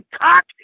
cock